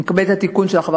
אני מקבלת את התיקון שלך,